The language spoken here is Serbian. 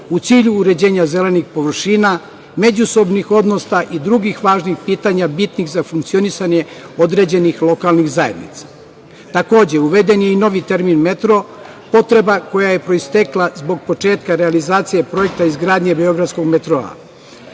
u cilju uređenja zelenih površina, međusobnih odnosa i drugih važnih pitanja bitnih za funkcionisanje određenih lokalnih zajednica. Takođe, uveden je i novi termin „Metro“, potreba koja je proistekla zbog početka realizacije projekta izgradnje beogradskog „Metroa“.